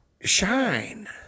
shine